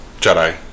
Jedi